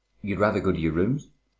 you'd rather go to your rooms?